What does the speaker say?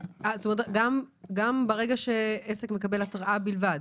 גם ברגע שעסק מקבל התראה בלבד?